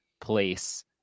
place